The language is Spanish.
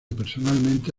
personalmente